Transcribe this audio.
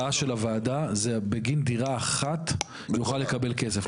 הצעת הוועדה היא בגין דירה אחת הוא יוכל לקבל כסף,